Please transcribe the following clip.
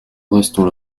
restons